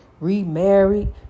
remarried